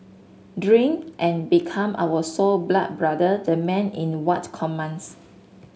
drink and become our sore blood brother the man in what commands